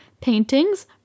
paintings